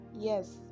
Yes